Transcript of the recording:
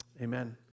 Amen